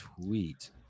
tweet